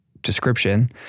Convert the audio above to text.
description